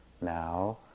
now